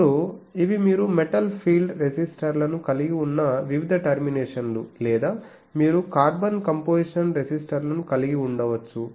ఇప్పుడు ఇవి మీరు మెటల్ ఫిల్మ్ రెసిస్టర్లను కలిగి ఉన్న వివిధ టెర్మినేషన్లు లేదా మీరు కార్బన్ కంపోజిషన్ రెసిస్టర్లను కలిగి ఉండవచ్చు